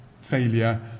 failure